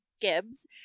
Gibbs